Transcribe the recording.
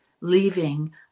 leaving